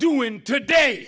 doing today